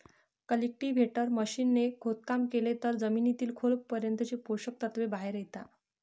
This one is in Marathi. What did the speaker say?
कल्टीव्हेटर मशीन ने खोदकाम केलं तर जमिनीतील खोल पर्यंतचे पोषक तत्व बाहेर येता